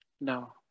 No